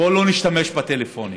בואו לא נשתמש בטלפונים,